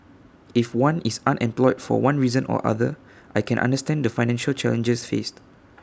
if one is unemployed for one reason or other I can understand the financial challenges faced